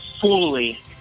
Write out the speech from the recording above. fully